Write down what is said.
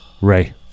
Ray